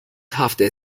هفته